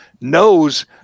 knows